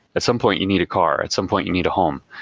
at some point you need a car. at some point you need a home.